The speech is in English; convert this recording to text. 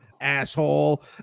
asshole